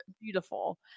beautiful